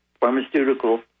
pharmaceutical